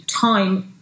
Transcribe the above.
time